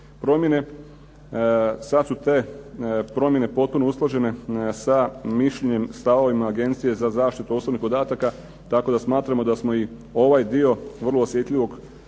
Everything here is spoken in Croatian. promjene. Sada su te promjene potpuno usklađene sa mišljenjem, stavovima Agencije za zaštitu osobnih podataka tako da smatramo da smo ovaj dio vrlo osjetljivog